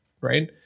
right